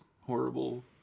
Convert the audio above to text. horrible